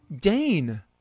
Dane